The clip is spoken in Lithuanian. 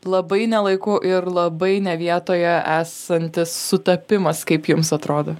labai nelaiku ir labai ne vietoje esantis sutapimas kaip jums atrodo